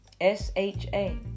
S-H-A